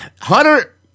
Hunter